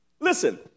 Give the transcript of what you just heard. Listen